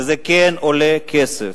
וזה כן עולה כסף.